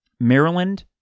Maryland